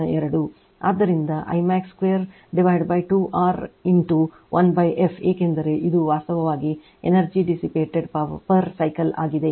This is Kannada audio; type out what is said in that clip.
ಆದ್ದರಿಂದ I max 2 2R into 1 f ಏಕೆಂದರೆ ಇದು ವಾಸ್ತವವಾಗಿ energy dissipated per cycle ಆಗಿದೆ